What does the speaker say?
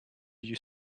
you